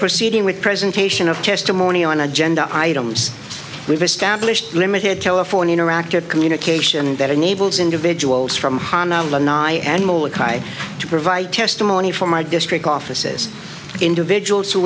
proceeding with presentation of testimony on agenda items we've established limited telephone interactive communication that enables individuals from honolulu and i to provide testimony from my district offices individuals who